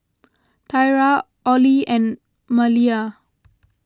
Thyra Ollie and Maleah